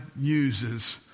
uses